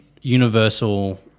universal